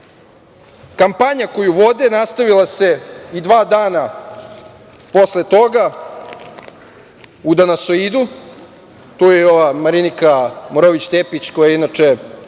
Vučić. Kampanja koju vode nastavila se i dva dana posle toga, u „Danasoidu“, tu je ova Marinika Morović Tepić, koja inače